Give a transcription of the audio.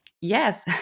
yes